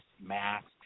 masks